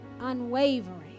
unwavering